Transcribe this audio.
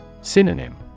Synonym